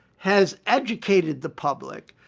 has educated the public,